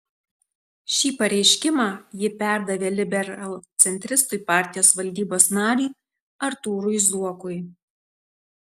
šį pareiškimą ji perdavė liberalcentristui partijos valdybos nariui artūrui zuokui